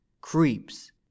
creeps